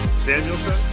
Samuelson